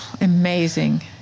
Amazing